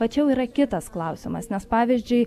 va čia jau yra kitas klausimas nes pavyzdžiui